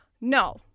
No